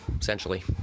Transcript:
essentially